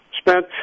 spent